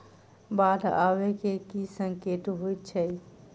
बाढ़ आबै केँ की संकेत होइ छै?